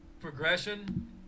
Progression